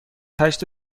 هشت